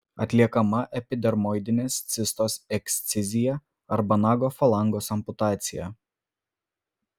atliekama epidermoidinės cistos ekscizija arba nago falangos amputacija